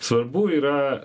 svarbu yra